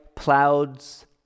clouds